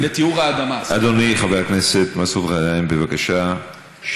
אדוני חבר הכנסת מסעוד גנאים, בבקשה,